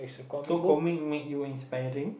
so comics make you inspiring